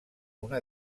una